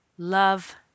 Love